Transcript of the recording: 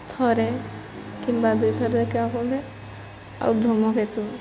ଥରେ କିମ୍ବା ଦୁଇ ଥର ଦେଖିବାକୁ ମିଳେ ଆଉ ଧୂମକେତୁ